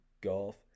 golf